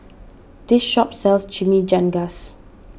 this shop sells Chimichangas